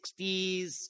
60s